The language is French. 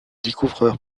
découvreur